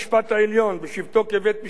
בשבתו כבית-משפט גבוה לצדק,